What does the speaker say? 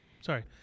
Sorry